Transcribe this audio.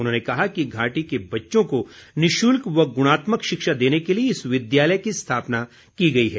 उन्होंने कहा कि घाटी के बच्चों को निशुल्क व गुणात्मक शिक्षा देने के लिए इस विद्यालय की स्थापना की गई है